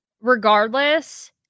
Regardless